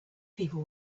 people